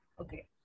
okay